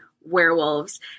werewolves